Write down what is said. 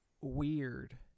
weird